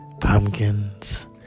Pumpkins